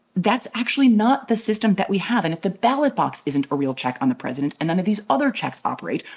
that's actually not the system that we have in the ballot box isn't a real check on the president. and none of these other checks operate.